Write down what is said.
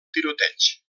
tiroteig